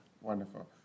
Wonderful